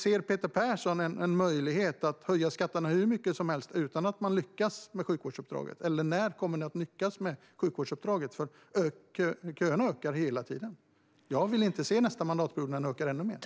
Ser Peter Persson en möjlighet att höja skatterna hur mycket som helst utan att man lyckas med sjukvårdsuppdraget? Eller när kommer ni att lyckas med det? Köerna ökar ju hela tiden. Jag vill inte se att de ökar ännu mer under nästa mandatperiod.